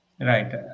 Right